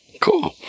Cool